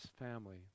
family